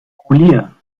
collier